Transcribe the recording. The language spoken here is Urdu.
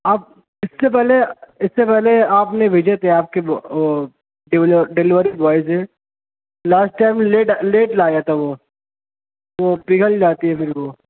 آپ اس سے پہلے اس سے پہلے آپ نے بھیجے تھے آپ کے وہ وہ ڈیلیوری بوائے سے لاسٹ ٹائم لیٹ لیٹ لایا تھا وہ وہ پگھل جاتی ہے پھر وہ